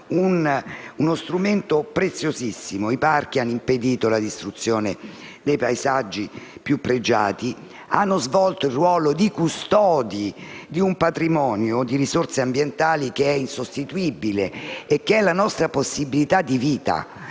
uno strumento preziosissimo. I parchi hanno impedito la distruzione dei paesaggi più pregiati, hanno svolto il ruolo di custodi di un patrimonio di risorse ambientali che è insostituibile e che è la nostra possibilità di vita.